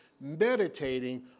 meditating